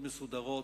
מאוד מסודרות,